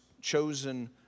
chosen